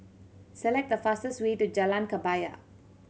select the fastest way to Jalan Kebaya